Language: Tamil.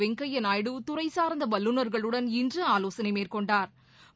வெங்கய்யா நாயுடு துறை சாா்ந்த வல்லுநா்களுடன் இன்று ஆவோசனை மேற்கொண்டாா்